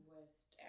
West